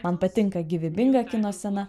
man patinka gyvybinga kino scena